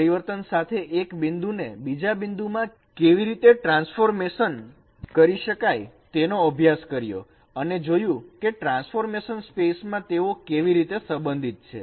પરિવર્તન સાથે એક બિંદુ ને બીજા બિંદુમાં કેવી રીતે ટ્રાન્સફોર્મેશન કરી શકાય તેનો અભ્યાસ કર્યો અને જોયું કે ટ્રાન્સફોર્મેશન સ્પેસમાં તેઓ કેવી રીતે સંબંધિત છે